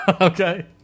okay